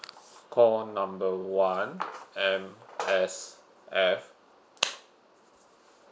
call number one M_S_F